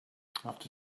after